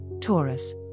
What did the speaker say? Taurus